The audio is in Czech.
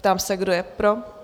Ptám se, kdo je pro?